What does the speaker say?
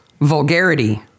Vulgarity